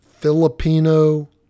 Filipino